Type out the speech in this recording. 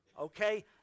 okay